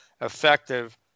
effective